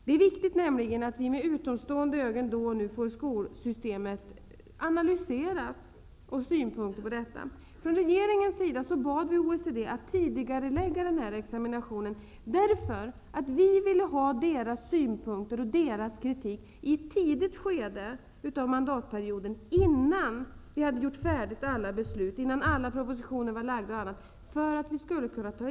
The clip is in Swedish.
Det är nämligen viktigt att vi då och då får skolsystemet analyserat, sett med en utomståendes ögon, och att vi får synpunkter. Från regeringens sida bad vi OECD att tidigarelägga den här examinationen. Vi ville nämligen få OECD:s synpunkter och kritik i ett tidigt skede av vår mandatperiod, för att kunna ta intryck innan alla propositioner var lagda och alla beslut fattade.